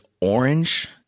orange